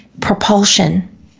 propulsion